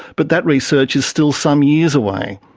but that research is still some years away.